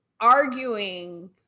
arguing